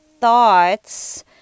thoughts